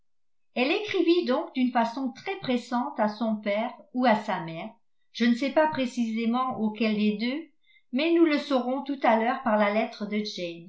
elle écrivit donc d'une façon très pressante à son père ou à sa mère je ne sais pas précisément auquel des deux mais nous le saurons tout à l'heure par la lettre de